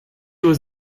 was